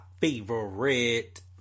favorite